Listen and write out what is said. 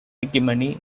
hegemony